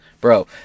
Bro